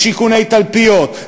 בשיכוני תלפיות,